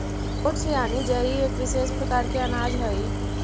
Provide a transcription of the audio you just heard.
oats यानि जई एक विशेष प्रकार के अनाज हइ